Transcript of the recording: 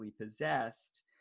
possessed